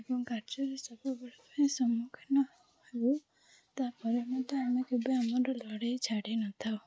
ଏବଂ କାର୍ଯ୍ୟରେ ସବୁବେଳ ପାଇଁ ସମ୍ମୁଖୀନ ହେଉ ତା'ପରେ ମଧ୍ୟ ଆମେ କେବେ ଆମର ଲଢ଼େଇ ଛାଡ଼ି ନଥାଉ